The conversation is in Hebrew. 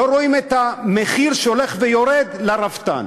לא רואים את המחיר שהולך ויורד לרפתן.